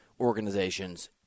organizations